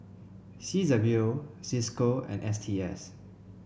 C W O Cisco and S T S